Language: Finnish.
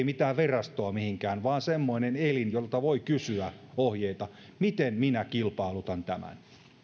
mitään virastoa mihinkään vaan semmoisen elimen jolta voi kysyä ohjeita miten minä kilpailutan tämän